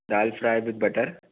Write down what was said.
dal fry with butter